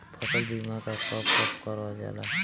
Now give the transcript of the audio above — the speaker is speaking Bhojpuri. फसल बीमा का कब कब करव जाला?